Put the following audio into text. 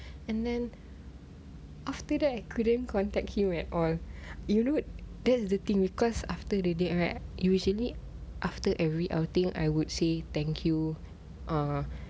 and then after that I couldn't contact him at all you know that's the thing because after that date right usually after every outing I would say thank you ah